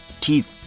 teeth